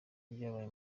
byabaye